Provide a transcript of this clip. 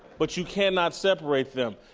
but you cannot separate them.